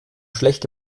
schlecht